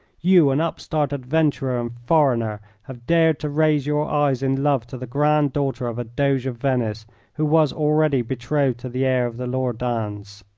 you, an upstart adventurer and foreigner, have dared to raise your eyes in love to the grand daughter of a doge of venice who was already betrothed to the heir of the loredans.